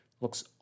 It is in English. looks